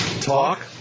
talk